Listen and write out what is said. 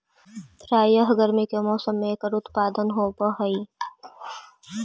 प्रायः गर्मी के मौसम में एकर उत्पादन होवअ हई